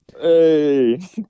hey